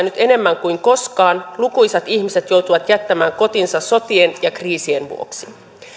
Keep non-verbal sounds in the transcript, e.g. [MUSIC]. [UNINTELLIGIBLE] nyt enemmän kuin koskaan lukuisat ihmiset joutuvat jättämään kotinsa sotien ja kriisien vuoksi